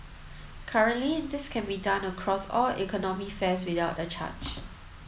currently this can be done across all economy fares without a charge